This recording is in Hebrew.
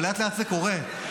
ולאט-לאט זה קורה.